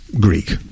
Greek